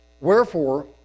Wherefore